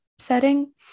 setting